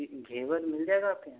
जी घेवर मिल जायेगा आपके यहाँ